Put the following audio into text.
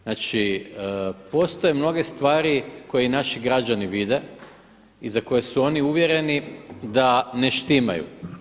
Znači postoje mnoge stvari koje i naši građani vide i za koje su oni uvjereni da ne štimaju.